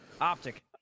Optic